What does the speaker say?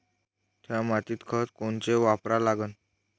थ्या मातीत खतं कोनचे वापरा लागन?